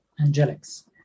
angelics